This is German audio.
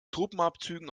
truppenabzügen